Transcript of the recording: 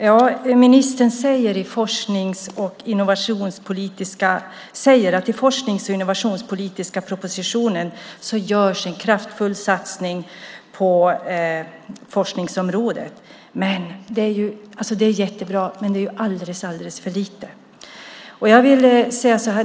Fru talman! Ministern säger att det i den forsknings och innovationspolitiska propositionen görs en kraftfull satsning på forskningsområdet. Det är jättebra, men det är alldeles för lite.